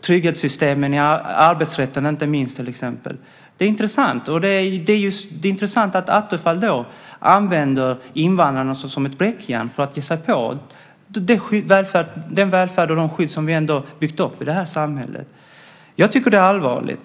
trygghetssystemen och inte minst arbetsrätten till exempel. Det är talande tycker jag. Det är intressant att Attefall använder invandrarna som ett bräckjärn för att ge sig på den välfärd och de skydd som vi ändå har byggt upp i det här samhället. Jag tycker att det är allvarligt.